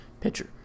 pitcher